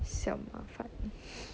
小麻烦